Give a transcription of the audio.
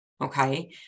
Okay